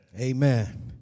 Amen